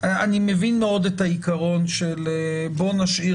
אני מבין מאוד את העיקרון של "בוא נשאיר